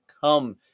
come